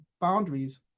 boundaries